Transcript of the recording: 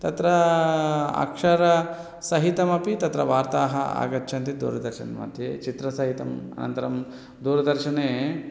तत्र अक्षरसहितमपि तत्र वार्ताः आगच्छन्ति दूरदर्शनमध्ये चित्रसहितम् अनन्तरं दूरदर्शने